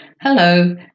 Hello